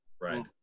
Right